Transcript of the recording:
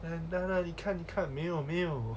then tell her 你看你看没有没有